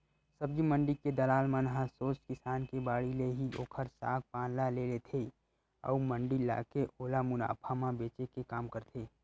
सब्जी मंडी के दलाल मन ह सोझ किसान के बाड़ी ले ही ओखर साग पान ल ले लेथे अउ मंडी लाके ओला मुनाफा म बेंचे के काम करथे